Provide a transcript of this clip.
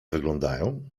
wyglądają